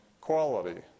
quality